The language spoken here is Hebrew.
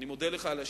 אני מודה לך על השאלה.